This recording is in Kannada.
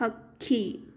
ಹಕ್ಕಿ